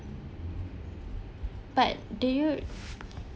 but did you